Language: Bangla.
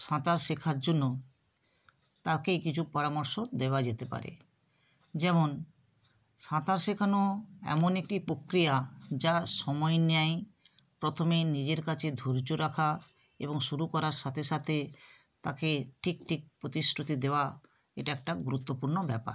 সাঁতার শেখার জন্য তাকে কিছু পরামর্শ দেওয়া যেতে পারে যেমন সাঁতার শেখানো এমন একটি পক্রিয়া যা সময় নেয় প্রথমে নিজের কাছে ধৈর্য রাখা এবং শুরু করার সাথে সাথে তাকে ঠিক ঠিক প্রতিশ্রুতি দেওয়া এটা একটা গুরুত্বপূর্ণ ব্যপার